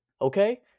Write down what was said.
Okay